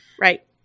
Right